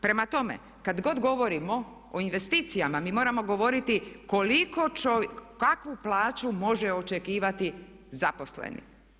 Prema tome, kad god govorimo o investicijama mi moramo govoriti koliko čovjek, kakvu plaću može očekivati zaposleni?